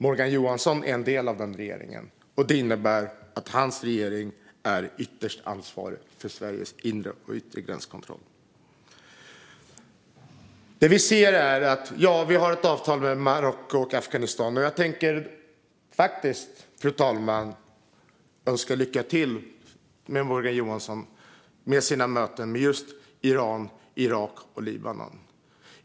Morgan Johansson är en del av den regeringen, och det innebär att hans regering är ytterst ansvarig för Sveriges inre och yttre gränskontroll. Ja, nu har vi avtal med Marocko och Afghanistan, och jag vill önska Morgan Johansson lycka till i hans möten med just Iran, Irak och Libanon.